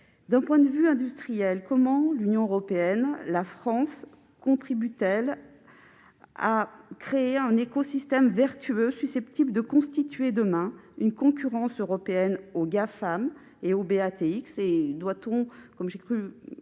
D'un point de vue industriel, comment l'Union européenne et la France contribuent-elles à créer un écosystème vertueux susceptible de constituer demain une concurrence européenne aux Gafam et aux BATX